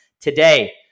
Today